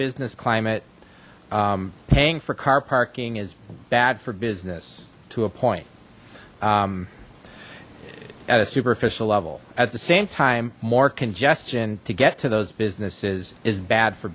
business climate paying for car parking is bad for business to a point at a superficial level at the same time more congestion to get to those businesses is bad for